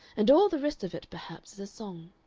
and all the rest of it perhaps is a song.